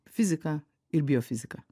fiziką ir biofiziką